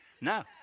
No